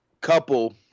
couple